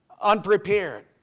unprepared